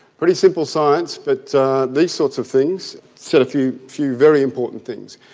pretty simple science but these sorts of things said a few few very important things.